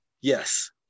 Yes